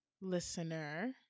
listener